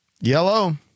Yellow